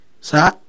Sa